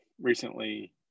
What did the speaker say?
recently